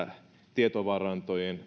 tietovarantojen